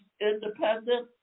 independent